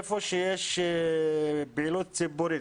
איפה שיש פעילות ציבורית,